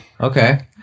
Okay